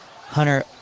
Hunter